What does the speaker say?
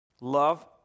Love